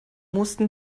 mussten